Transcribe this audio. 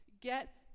get